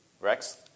Rex